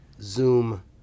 Zoom